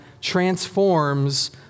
transforms